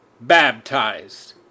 baptized